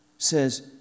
Says